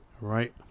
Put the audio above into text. right